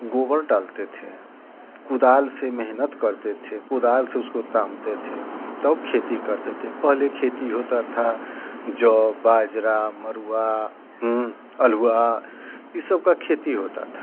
गोबर डालते थे कुदाल से मेहनत करते थे कुदाल से उसको तामते थे तब खेती करते थे पहले खेती होता था जौ बाजरा मरुआ अलुआ ये सब का खेती होता था